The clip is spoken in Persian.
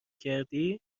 کردی